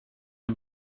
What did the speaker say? det